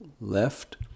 left